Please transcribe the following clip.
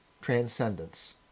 transcendence